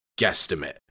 guesstimate